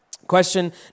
Question